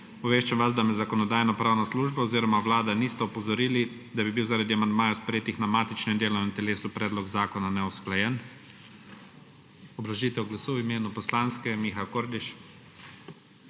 Obveščam vas, da me Zakonodajno-pravna služba oziroma Vlada nista opozorili, da bi bil zaradi amandmajev, sprejetih na matičnem delovnem telesu, predlog zakona neusklajen. Obrazložitev glasu v imenu poslanske skupine